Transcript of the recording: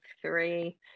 three